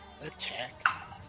Attack